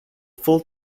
full